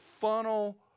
funnel